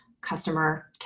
customer